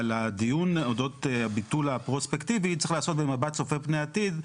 אבל הדיון אודות הביטול הפרוספקטיבי צריך להיעשות במבט צופה פני עתיד,